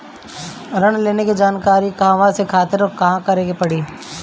ऋण की जानकारी के कहवा खातिर का करे के पड़ी?